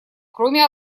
кроме